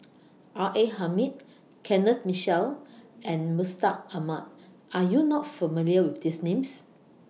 R A Hamid Kenneth Mitchell and Mustaq Ahmad Are YOU not familiar with These Names